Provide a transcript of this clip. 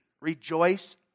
Rejoice